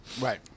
Right